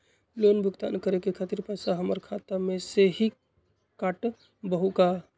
Loan भुगतान करे के खातिर पैसा हमर खाता में से ही काटबहु का?